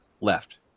left